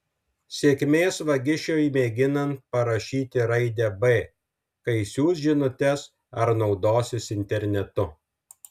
sėkmės vagišiui mėginant parašyti raidę b kai siųs žinutes ar naudosis internetu